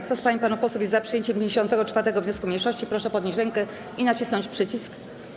Kto z pań i panów posłów jest za przyjęciem 54. wniosku mniejszości, proszę podnieść rękę i nacisnąć przycisk.